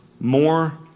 more